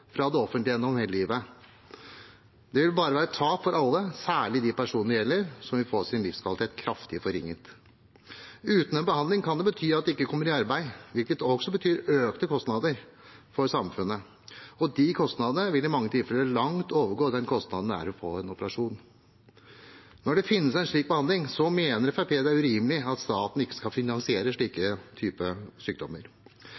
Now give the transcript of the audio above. fra det offentlige gjennom hele livet. Det vil bare være et tap for alle, særlig de personene det gjelder, som vil få sin livskvalitet kraftig forringet. Uten en behandling kan det bety at de ikke kommer i arbeid, hvilket også betyr økte kostnader for samfunnet, og de kostnadene vil i mange tilfeller langt overgå kostnadene ved en operasjon. Når det finnes en slik behandling, mener Fremskrittspartiet det er urimelig at staten ikke skal finansiere